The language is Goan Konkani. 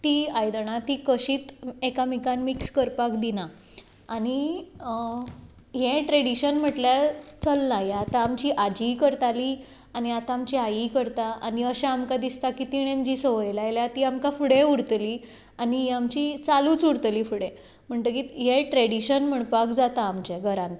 ती आयदनां ती कशींच एकामेकान मिक्स करपाक दिनात आनी हे ट्रेडिशन म्हटल्यार चल्ला ये आता आमची आजीय करताली आनी आतां आमची आई करता आनी अशें आमकां दिसता तिणेन जी संवय लायला ती आमकां फुडेंय उरतली आनी आमची चालूच उरतली फुडें म्हणटगीर हे ट्रेडिशन म्हणपाक जाता आमचें घरांत